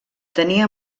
tenia